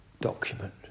document